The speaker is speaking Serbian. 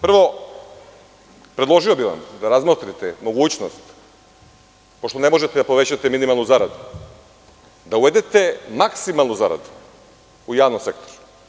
Prvo, predložio bih vam da razmotrite mogućnost, pošto ne možete da povećate minimalnu zaradu, da uvedete maksimalnu zaradu u javnom sektoru.